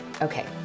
Okay